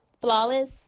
Flawless